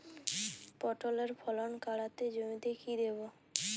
পটলের ফলন কাড়াতে জমিতে কি দেবো?